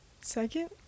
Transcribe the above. Second